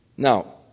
Now